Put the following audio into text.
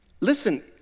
Listen